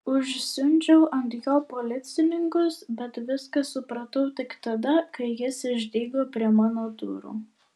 užsiundžiau ant jo policininkus bet viską supratau tik tada kai jis išdygo prie mano durų